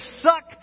suck